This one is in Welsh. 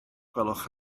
gwelwch